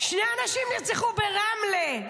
שני אנשים נרצחו ברמלה,